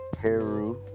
Hero